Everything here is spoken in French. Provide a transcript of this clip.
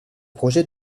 projet